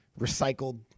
recycled